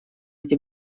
эти